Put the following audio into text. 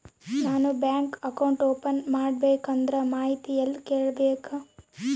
ನಾನು bank account open ಮಾಡಬೇಕಂದ್ರ ಮಾಹಿತಿ ಎಲ್ಲಿ ಕೇಳಬೇಕು?